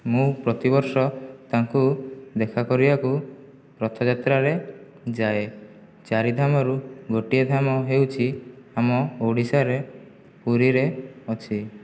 ମୁଁ ପ୍ରତିବର୍ଷ ତାଙ୍କୁ ଦେଖା କରିବାକୁ ରଥଯାତ୍ରାରେ ଯାଏ ଚାରିଧାମରୁ ଗୋଟିଏ ଧାମ ହେଉଛି ଆମ ଓଡ଼ିଶାରେ ପୁରୀରେ ଅଛି